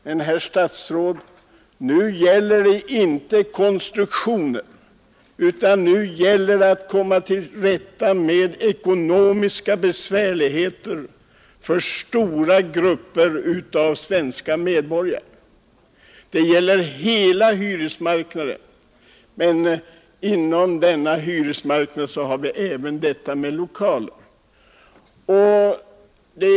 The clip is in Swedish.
Men, herr statsråd, nu gäller det inte konstruktionen, utan nu gäller det att komma till rätta med ekonomiska besvärligheter för stora grupper av svenska medborgare. Det gäller hela hyresmarknaden, och dit hör även lokaler.